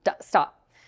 stop